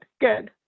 good